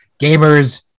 gamers